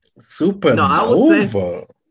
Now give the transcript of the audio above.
Supernova